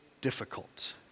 difficult